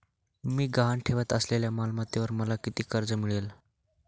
मी गहाण ठेवत असलेल्या मालमत्तेवर मला किती कर्ज मिळेल?